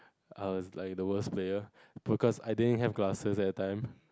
I was like the worst player because I didn't have classes at that time